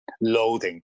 loathing